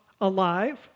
alive